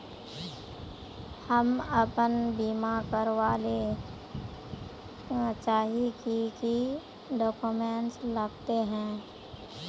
हम अपन बीमा करावेल चाहिए की की डक्यूमेंट्स लगते है?